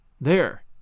There